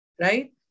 Right